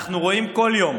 אנחנו רואים כל יום